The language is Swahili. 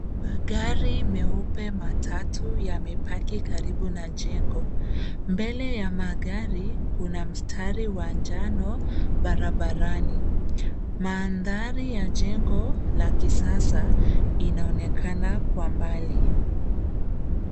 Magari meupe matatu yamepaki karibu na jengo. Mbele ya magari, kuna mstari wa njano barabarani. Mandhari ya jengo la kisasa, inaonekana kwa mbali.